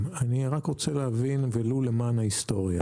אני רק רוצה להבין ולו למען ההיסטוריה,